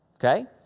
Okay